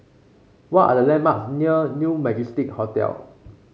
what are the landmarks near New Majestic Hotel